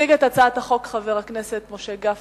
יציג את הצעת החוק חבר הכנסת משה גפני,